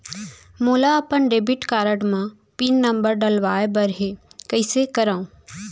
मोला अपन debit card म पिन नंबर डलवाय बर हे कइसे करव?